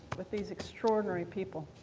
with these extraordinary people,